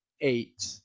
eight